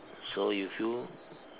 so you feel